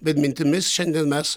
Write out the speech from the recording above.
bet mintimis šiandien mes